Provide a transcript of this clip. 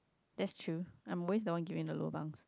that's true I'm always the one giving the lobangs